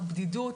בדידות,